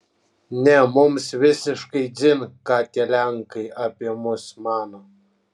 ne mums visiškai dzin ką tie lenkai apie mus mano